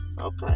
okay